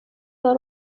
کار